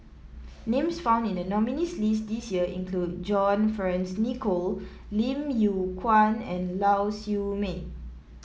names found in the nominees' list this year include John Fearns Nicoll Lim Yew Kuan and Lau Siew Mei